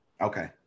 Okay